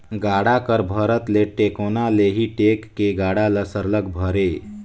गाड़ा कर भरत ले टेकोना ले ही टेक के गाड़ा ल सरलग भरे